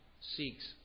seeks